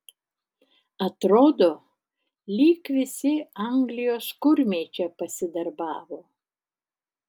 atrodo lyg visi anglijos kurmiai čia pasidarbavo